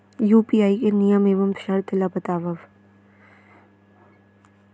UPI के नियम एवं शर्त ला बतावव